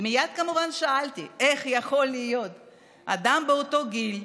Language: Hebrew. ומייד כמובן שאלתי: איך יכול להיות שאדם באותו גיל,